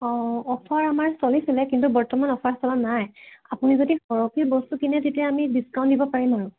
অঁ অফাৰ আমাৰ চলিছিলে কিন্তু বৰ্তমান অফাৰ চলা নাই আপুনি যদি সৰহকৈ বস্তু কিনে তেতিয়া আমি ডিছকাউণ্ট দিব পাৰিম আৰু